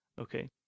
Okay